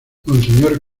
monseñor